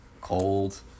cold